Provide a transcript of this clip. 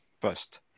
first